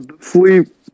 sleep